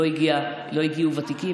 לא הגיעו ותיקים,